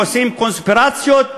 עושים קונספירציות,